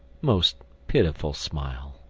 most pitiful smile.